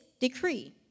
decree